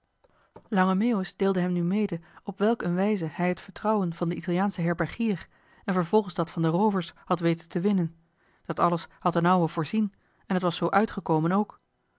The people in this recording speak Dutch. lange meeuwis deelde hem nu mede op welk een wijze hij het vertrouwen van den italiaanschen herbergier en vervolgens dat van de roovers had weten te winnen dat alles had d'n ouwe voorzien en het was zoo uitgekomen ook